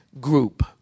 group